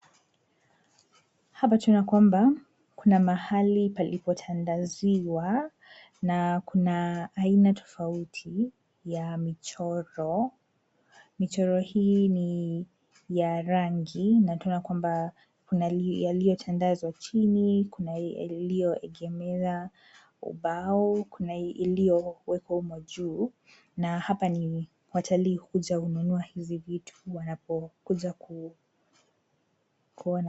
Hapa tunaona kwamba kuna mahali palipotandaziwa na kuna aina tofauti ya michoro. Michoro hii ni ya rangi na tunaona kwamba kuna yaliyotandazwa chini, kuna yaliyoegemea ubao, kuna iliyowekwa humo juu na hapa ni watalii huja kununua hizi vitu unapokuja kuona.